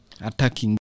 attacking